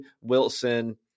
Wilson